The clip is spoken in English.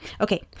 Okay